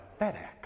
FedEx